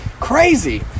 Crazy